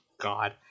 god